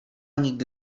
nigdy